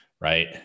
right